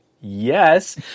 yes